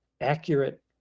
accurate